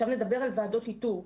עכשיו נדבר על ועדות איתור.